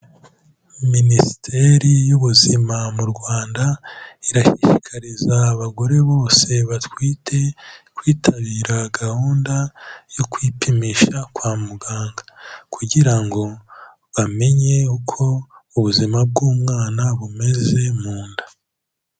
Minisiteri y'ubuzima mu Rwanda irashishikariza abagore bose batwite kwitabira gahunda yo kwipimisha kwa muganga kugira ngo bamenye uko ubuzima bw'umwana bumeze mu nda.